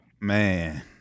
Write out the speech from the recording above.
man